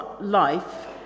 life